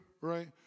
right